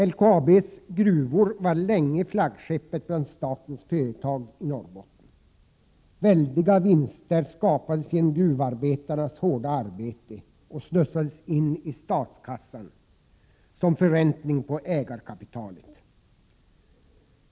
LKAB:s gruvor var länge flaggskeppet bland statens företag i Norrbotten. Väldiga vinster skapades genom gruvarbetarnas hårda arbete och slussades in i statskassan som förräntning på ägarkapitalet.